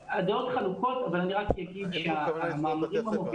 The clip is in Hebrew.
הדעות חלוקות אבל אני רק אגיד --- אין שום כוונה לסגור את בתי הספר.